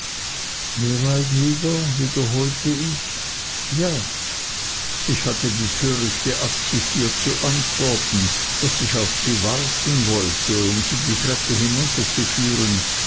bald wieder gehbalwier wiederholte ich ja ich hatte die törichte absicht ihr zu antworten daß ich auf sie warten wollte um sie die treppe hinunterzuführen